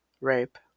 rape